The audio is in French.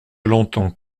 l’entends